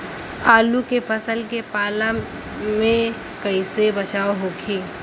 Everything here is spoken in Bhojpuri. आलू के फसल के पाला से कइसे बचाव होखि?